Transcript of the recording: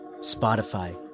Spotify